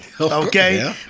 Okay